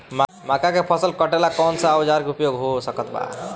मक्का के फसल कटेला कौन सा औजार के उपयोग हो सकत बा?